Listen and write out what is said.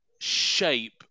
shape